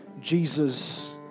Jesus